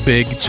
Big